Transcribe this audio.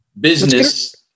business